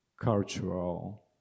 cultural